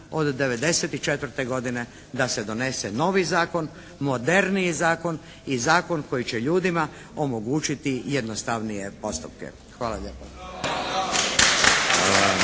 od '94. godine da se donese novi zakon, moderniji zakon i zakon koji će ljudima omogućiti jednostavnije postupke. Hvala lijepa.